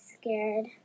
scared